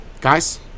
Guys